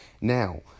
Now